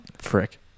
Frick